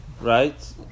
right